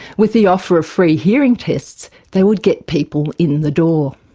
with the offer of free hearing tests they would get people in the door.